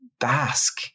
Bask